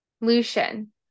Lucian